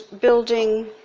building